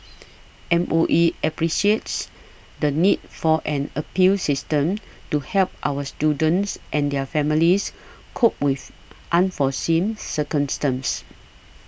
M O E appreciates the need for an appeals system to help our students and their families cope with unforeseen circumstances